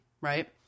right